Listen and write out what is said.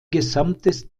gesamtes